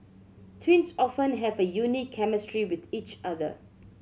twins often have a unique chemistry with each other